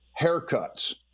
haircuts